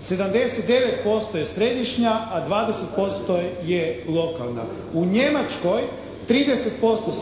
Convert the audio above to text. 79% je središnja, a 20% je lokalna. U Njemačkoj 30%